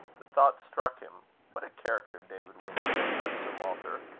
the thought struck him what a character david would have been for sir walter.